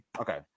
Okay